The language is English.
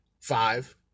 five